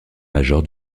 major